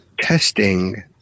testing